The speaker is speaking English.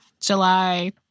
July